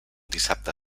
dissabte